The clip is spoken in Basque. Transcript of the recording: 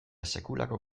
sekulako